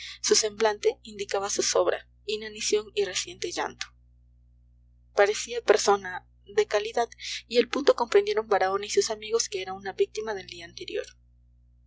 su semblante indicaba zozobra inanición y reciente llanto parecía persona de calidad y al punto comprendieron baraona y sus amigos que era una víctima del día anterior